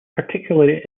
particularly